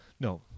no